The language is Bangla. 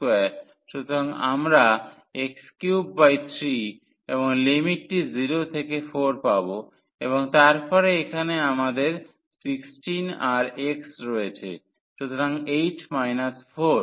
সুতরাং আমরা x33 এবং লিমিটটি 0 থেকে 4 পাব এবং তারপরে এখানে আমাদের 16 আর x রয়েছে সুতরাং 8 4